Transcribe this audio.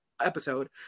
episode